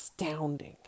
astounding